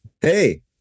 hey